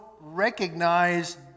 recognize